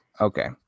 Okay